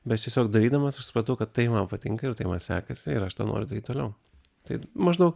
bet aš tiesiog darydamas aš supratau kad tai man patinka ir tai man sekasi ir aš tą noriu daryt toliau tai maždaug